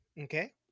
Okay